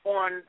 on